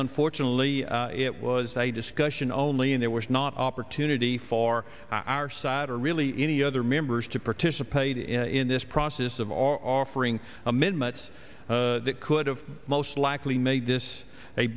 unfortunately it was a discussion only and there was not opportunity for our side or really any other members to participate in this process of our offering amendments that could have most likely made this a